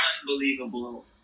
unbelievable